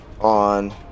on –